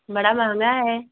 बड़ा महँगा है